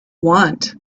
want